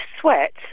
sweat